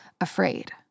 afraid